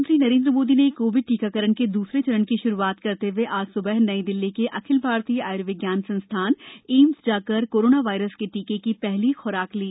प्रधानमंत्री नरेन्द्र मोदी ने कोविड टीकाकरण के दूसरे चरण की शुरूआत करते हुए आज स्बह नई दिल्ली के अखिल भारतीय आय्र्िज़ान संस्थान एम्स जाकर कोरोना वायरस के टीके की हली खुराक ली